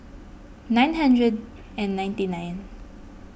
nine hundred and ninety nine